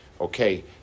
okay